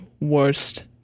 worst